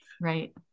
Right